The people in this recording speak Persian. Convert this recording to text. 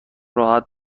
راحت